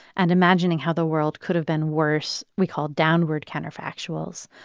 and imagining how the world could have been worse we call downward counterfactuals.